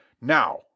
Now